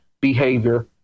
behavior